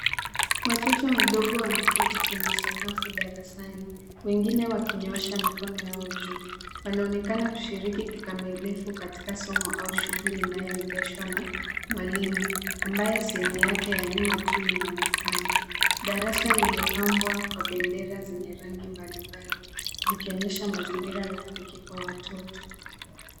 Watoto wadogo wameketi kwenye sakafu darasani. Wengine wakinyoosha mikono yao juu. Wanaonekana kushiriki kikamilifu katika somo au shughuli inayoendeshwa na mwalimu ambaye sehemu yake ya nyuma tu inaonekana. Darasa limepambwa kwa bendera zenye rangi mbalimbali zikionyesha mazingira rafiki kwa watoto.